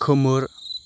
खोमोर